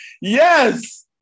Yes